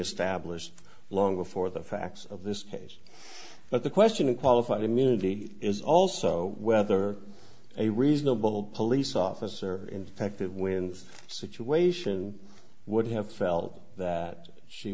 established long before the facts of this case but the question of qualified immunity is also whether a reasonable police officer infective wins situation would have felt that she